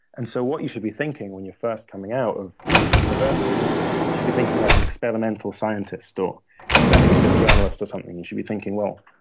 and so what you should be thinking when you're first coming out of university is you should be thinking like an experimental scientist, or investigative journalist or something. you should be thinking, well,